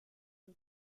and